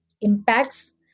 impacts